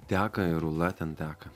teka ir ūla ten teka